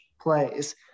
plays